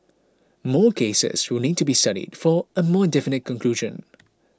more cases will need to be studied for a more definite conclusion